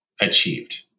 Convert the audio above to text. achieved